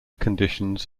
conditions